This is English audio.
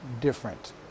different